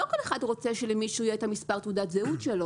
לא כל אחד רוצה שלמישהו יהיה את מספר תעודת הזהות שלו.